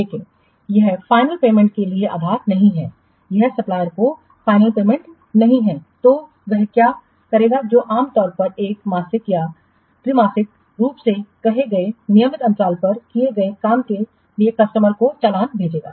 लेकिन यह final payment के लिए आधार नहीं है यह सप्लायरको फाइनल पेमेंट नहीं है तो वह क्या करेगा जो आम तौर पर मासिक या त्रैमासिक रूप से कहे गए नियमित अंतराल पर किए गए काम के लिए कस्टमर को चालान भेजेगा